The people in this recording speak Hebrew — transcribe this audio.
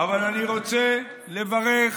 אבל אני רוצה לברך